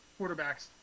quarterbacks